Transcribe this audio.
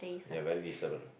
ya very decent one